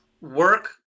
work